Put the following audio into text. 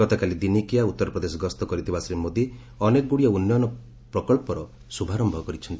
ଗତକାଲି ଦିନିକିଆ ଉତ୍ତରପ୍ରଦେଶ ଗସ୍ତ କରିଥିବା ଶ୍ରୀ ମୋଦି ଅନେକଗୁଡ଼ିଏ ଉନ୍ନୟନମୂଳକ ପ୍ରକଳ୍ପର ଶ୍ରୁଭାରମ୍ଭ କରିଚ୍ଚନ୍ତି